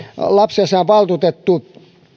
lapsiasiainvaltuutettu